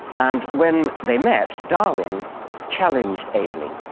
and when they met, darwin challenged aveling.